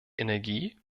energie